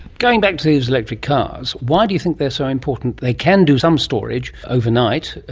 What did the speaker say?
going back to these electric cars, why do you think they are so important? they can do some storage overnight,